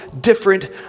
different